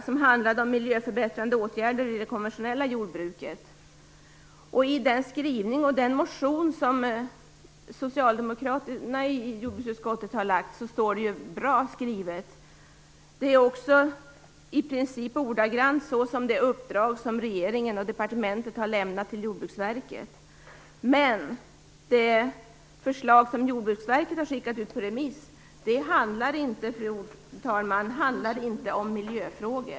Den handlade om miljöförbättrande åtgärder i det konventionella jordbruket. Skrivningen i den motion som Socialdemokraterna i jordbruksutskottet har lagt fram är bra. Den är i princip ordagrann med det uppdrag regeringen och departementet har lämnat till Jordbruksverket. Men förslaget som Jordbruksverket har skickat ut på remiss handlar inte om miljöfrågor, fru talman.